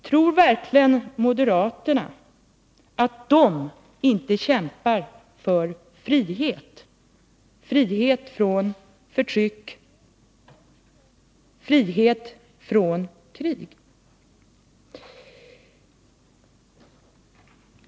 Tror verkligen moderaterna att de inte kämpar för frihet — frihet från förtryck, frihet från krig?